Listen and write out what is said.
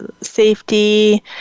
safety